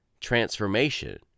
Transformation